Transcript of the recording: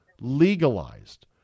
legalized